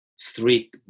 three